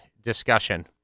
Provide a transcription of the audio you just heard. discussion